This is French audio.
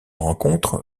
rencontre